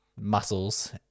muscles